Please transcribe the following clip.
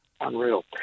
Unreal